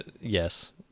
Yes